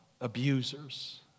abusers